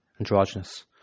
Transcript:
androgynous